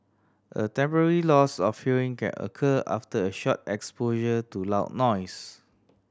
a temporary loss of hearing can occur after a short exposure to loud noise